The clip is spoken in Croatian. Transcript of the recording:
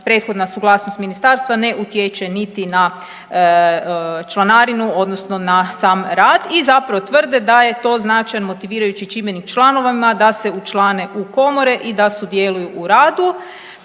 prethodna suglasnost Ministarstva ne utječe niti na članarinu, odnosno na sam rad i zapravo tvrde da je to značaj motivirajući čimbenik članovima da se učlane u komore i da sudjeluju u radu